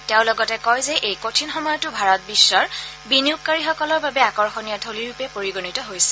তেওঁ লগতে কয় যে এই কঠিন সময়তো ভাৰত বিধৰ বিনিয়োগকাৰীসকলৰ বাবে আকৰ্ষণীয় থলীৰূপে পৰিগণিত হৈছে